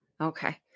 okay